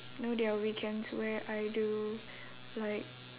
know there are weekends where I do like